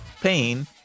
pain